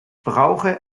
brauche